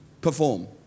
perform